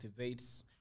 activates